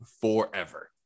forever